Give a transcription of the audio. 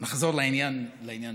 נחזור לעניין שלנו.